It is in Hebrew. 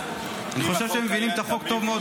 אני חושב שהם מבינים את החוק טוב מאוד.